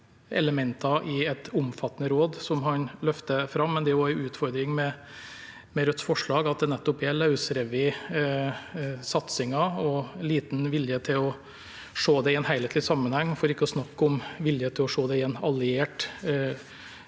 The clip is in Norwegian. elementer i et omfattende råd som han løfter fram, men utfordringen med Rødts forslag er at det nettopp er løsrevet fra satsingen, og at man har liten vilje til å se det i en helhetlig sammenheng, for ikke å snakke om vilje til å se det i en alliert